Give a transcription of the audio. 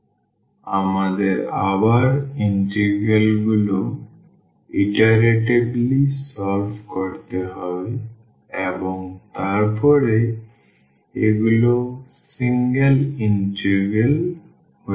সুতরাং আমাদের আবার ইন্টিগ্রাল গুলো ইটারেটিভলি সমাধান করতে হবে এবং তারপরে এগুলি একক ইন্টিগ্রাল হয়ে ওঠে